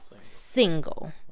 single